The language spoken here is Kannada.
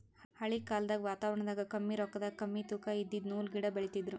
ಹಳಿ ಕಾಲ್ದಗ್ ವಾತಾವರಣದಾಗ ಕಮ್ಮಿ ರೊಕ್ಕದಾಗ್ ಕಮ್ಮಿ ತೂಕಾ ಇದಿದ್ದು ನೂಲ್ದು ಗಿಡಾ ಬೆಳಿತಿದ್ರು